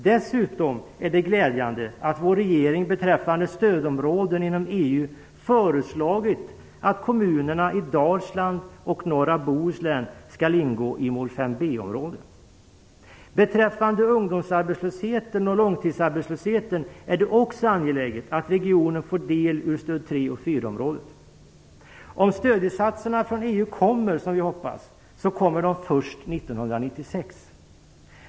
Dessutom är det glädjande att vår regering beträffande stödområden inom EU föreslagit att kommunerna i Dalsland och norra Bohuslän skall ingå i målområde 5 b. Beträffande ungdomsarbetslösheten och långtidsarbetslösheten är det också angeläget att regionen får del ur stödområde 3 och 4. Om stödinsatserna från EU kommer, som vi hoppas, blir det först 1996.